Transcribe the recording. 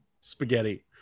Spaghetti